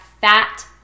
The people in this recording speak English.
fat